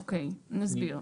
אוקיי, נסביר.